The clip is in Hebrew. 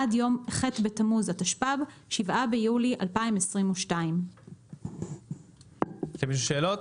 עד יום ח' בתמוז התשפ"ב (7 ביולי 2022). יש למישהו שאלות?